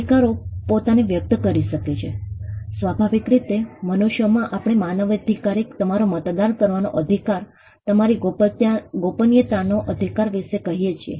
અધિકારો પોતાને વ્યક્ત કરી શકે છે સ્વાભાવિક રીતે મનુષ્યમાં આપણે માનવાધિકાર તમારો મતદાન કરવાનો અધિકાર તમારી ગોપનીયતાનો અધિકાર વિશે કહીએ છીએ